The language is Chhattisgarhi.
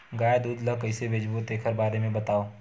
गाय दूध ल कइसे बेचबो तेखर बारे में बताओ?